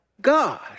God